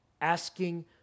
Asking